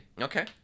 Okay